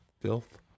filth